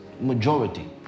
majority